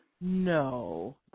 No